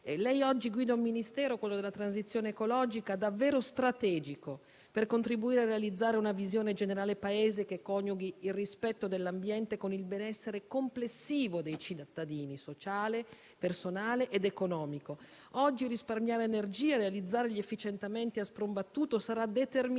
Lei oggi guida un Ministero, quello della transizione ecologica, davvero strategico per contribuire a realizzare una visione generale del Paese che coniughi il rispetto dell'ambiente con il benessere complessivo dei cittadini (sociale, personale ed economico). Oggi risparmiare energia e realizzare gli efficientamenti a spron battuto sarà determinante